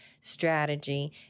strategy